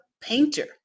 painter